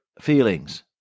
feelings